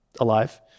alive